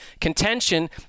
contention